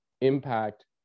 impact